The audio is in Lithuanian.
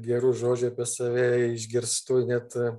gerų žodžių apie save išgirstu net